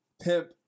Pimp